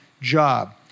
job